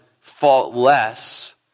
faultless